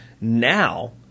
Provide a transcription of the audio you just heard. now